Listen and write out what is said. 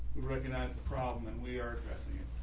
recognize the problem and we are addressing it.